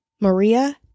Maria